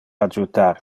adjutar